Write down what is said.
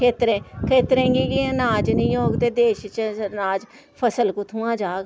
खेतरें खेतरें गी गै नाज निं होग ते देश च नाज फसल कु'त्थुआं जाग